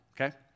Okay